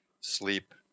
sleep